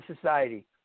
society